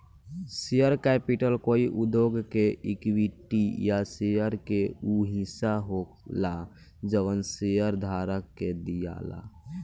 share capital कोई उद्योग के इक्विटी या शेयर के उ हिस्सा होला जवन शेयरधारक के दियाला